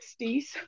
60s